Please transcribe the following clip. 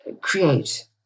create